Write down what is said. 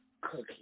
cookie